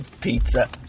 pizza